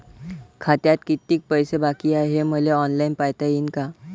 खात्यात कितीक पैसे बाकी हाय हे मले ऑनलाईन पायता येईन का?